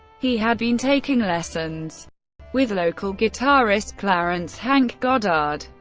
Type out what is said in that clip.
he had been taking lessons with local guitarist clarence hank goddard.